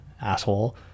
asshole